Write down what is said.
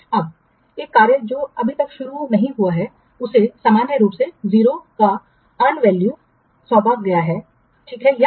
अब एक कार्य जो अभी तक शुरू नहीं हुआ है उसे सामान्य रूप से शून्य का अर्न वैल्यू सौंपा गया है ओके